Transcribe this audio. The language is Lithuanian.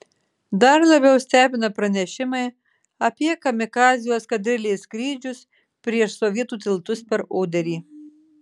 dar labiau stebina pranešimai apie kamikadzių eskadrilės skrydžius prieš sovietų tiltus per oderį